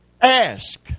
Ask